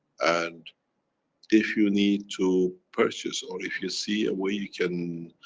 and if you need to purchase or if you see a way you can,